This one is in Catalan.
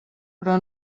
però